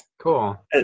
cool